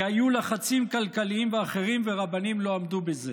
כי היו לחצים כלכליים ואחרים, ורבנים לא עמדו בזה.